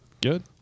Good